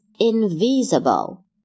invisible